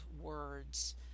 words